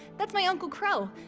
that's my uncle qrow!